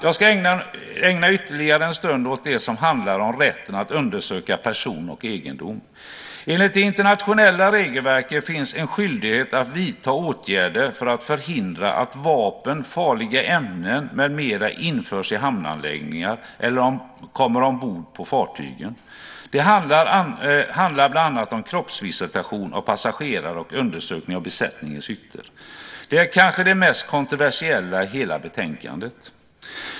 Jag ska ägna ytterligare en stund åt det som handlar om rätten att undersöka person och egendom. Enligt det internationella regelverket finns en skyldighet att vidta åtgärder för att förhindra att vapen, farliga ämnen med mera införs i hamnanläggningar eller kommer ombord på fartyg. Det handlar bland annat om kroppsvisitation av passagerare och undersökning av besättningens hytter. Detta är kanske det mest kontroversiella i hela betänkandet.